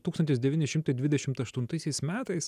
tūkstantis devyni šimtai dvidešimt aštuntaisiais metais